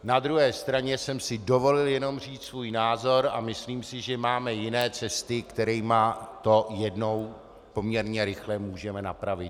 Na druhé straně jsem si jenom dovolil říct svůj názor a myslím si, že máme jiné cesty, kterými to jednou poměrně rychle můžeme napravit.